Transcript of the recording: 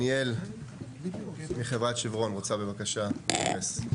דניאל מחברת שברון רוצה בבקשה להתייחס.